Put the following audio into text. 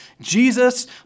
Jesus